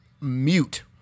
mute